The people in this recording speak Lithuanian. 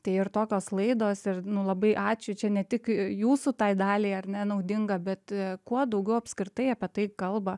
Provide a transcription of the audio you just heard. tai ir tokios laidos ir nu labai ačiū čia ne tik jūsų tai daliai ar ne naudinga bet kuo daugiau apskritai apie tai kalba